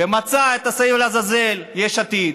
ומצא את השעיר לעזאזל: יש עתיד.